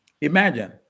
imagine